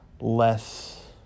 less